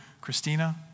Christina